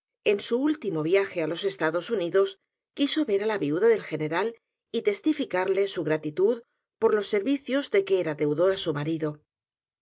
en su último viaje á los estados unidos quiso ver á la viuda del general y testificarle su gratitud por los servicios de que era deudor á su marido